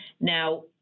Now